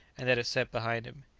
and that it set behind him.